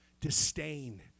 disdain